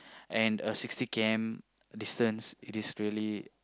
and a sixty K_M distance it is really